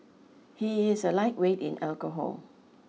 he is a lightweight in alcohol